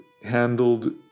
handled